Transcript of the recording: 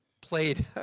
played